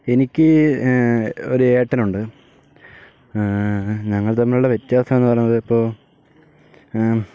എനിക്ക് ഒരു ഏട്ടനുണ്ട് ഞങ്ങൾ തമ്മിലുള്ള വ്യത്യാസമെന്ന് പറയണത് ഇപ്പോൾ